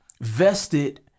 vested